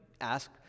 ask